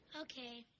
Okay